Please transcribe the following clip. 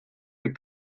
the